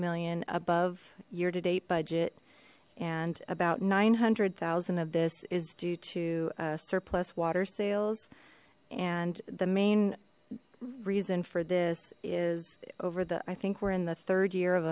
million above year to date budget and about nine hundred thousand of this is due to surplus water sales and the main reason for this is over the i think we're in the third year of